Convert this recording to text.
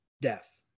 death